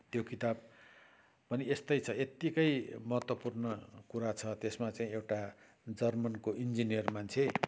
त्यो किताब पनि यस्तै छ यत्तिकै महत्त्वपूर्ण कुरा छ त्यसमा चाहिँ एउटा जर्मनको इन्जिनियर मान्छे